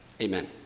Amen